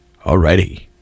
Alrighty